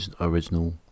original